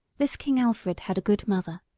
this king alfred had a good mother.